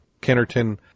Kennerton